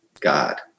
God